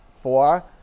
Four